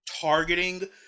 targeting